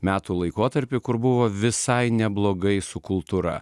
metų laikotarpį kur buvo visai neblogai su kultūra